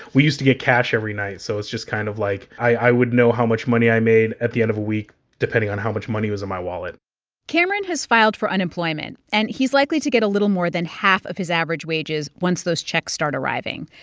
we used to get cash every night. so it's just kind of like i would know how much money i made at the end of a week depending on how much money was in my wallet cameron has filed for unemployment, and he's likely to get a little more than half of his average wages once those checks start arriving.